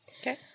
Okay